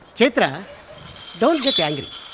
chaitra don't get angry.